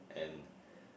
and